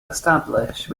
establish